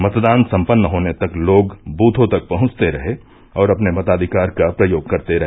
मतदान सम्पन्न होने तक लोग ब्रथों तक पहुंचते रहे और अपने मताधिकार का प्रयोग करते रहे